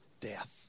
death